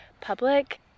public